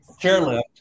chairlift